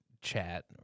chat